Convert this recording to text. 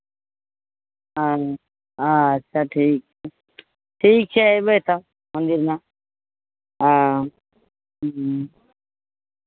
हँ हँ अच्छा ठीक छै ठीक छै अयबै तब मन्दिरमे हँ ह्म्म